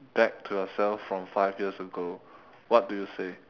back to yourself from five years ago what do you say